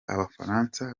abafaransa